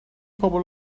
pobl